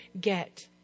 get